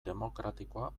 demokratikoa